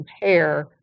compare